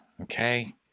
Okay